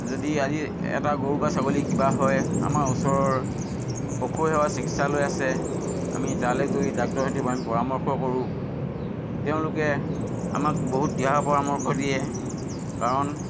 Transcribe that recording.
যদি আজি এটা গৰু বা ছাগলীৰ কিবা হয় আমাৰ ওচৰৰ পশুসেৱা চিকিৎসালয় আছে আমি তালৈ গৈ ডাক্টৰৰ সৈতি আমি পৰামৰ্শ কৰোঁ তেওঁলোকে আমাক বহুত দিহা পৰামৰ্শ দিয়ে কাৰণ